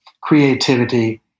creativity